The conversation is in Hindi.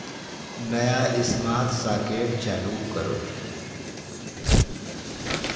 नया स्मार्ट सॉकेट चालू करो